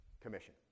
commission